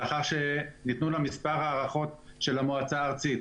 לאחר שניתנו לה מספר הארכות של המועצה הארצית.